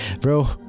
bro